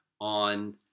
on